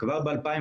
כבר ב-2017